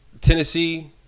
Tennessee